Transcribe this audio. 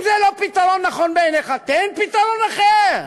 אם זה לא פתרון נכון בעיניך, תן פתרון אחר.